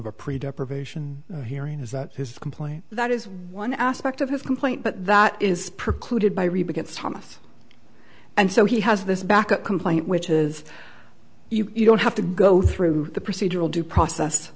of a pre death provision hearing is that his complaint that is one aspect of his complaint but that is precluded by reba gets thomas and so he has this backup complaint which is you don't have to go through the procedural due process